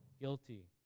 guilty